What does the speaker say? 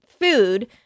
food